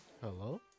Hello